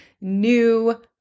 new